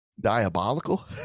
diabolical